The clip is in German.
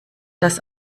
das